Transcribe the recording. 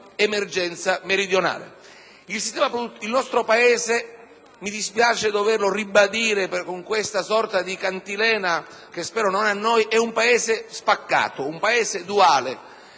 Il nostro - mi dispiace doverlo ribadire con questa sorta di cantilena che spero non annoi - è un Paese spaccato, un Paese duale,